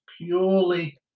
purely